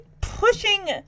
pushing